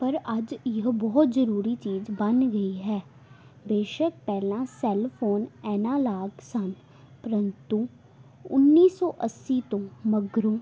ਪਰ ਅੱਜ ਇਹ ਬਹੁਤ ਜ਼ਰੂਰੀ ਚੀਜ਼ ਬਣ ਗਈ ਹੈ ਬੇਸ਼ੱਕ ਪਹਿਲਾਂ ਸੈੱਲਫ਼ੋਨ ਐਨਾਲਾਗ ਸਨ ਪਰੰਤੂ ਉੱਨੀ ਸੌ ਅੱਸੀ ਤੋਂ ਮਗਰੋਂ